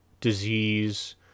disease